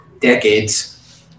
decades